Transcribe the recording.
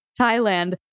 Thailand